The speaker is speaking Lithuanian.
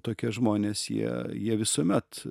tokie žmonės jie jie visuomet